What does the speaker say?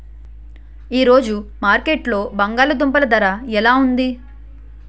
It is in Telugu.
ఈ రోజు మార్కెట్లో బంగాళ దుంపలు ధర ఎలా ఉంది?